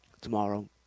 tomorrow